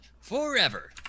forever